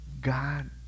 God